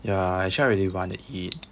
ya actually I really want to eat